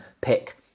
pick